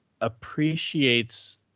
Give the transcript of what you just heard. Appreciates